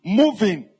moving